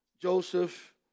Joseph